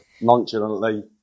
nonchalantly